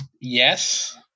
yes